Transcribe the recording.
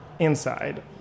Inside